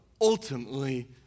ultimately